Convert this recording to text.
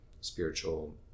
spiritual